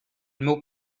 meu